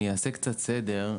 אני אעשה קצת סדר.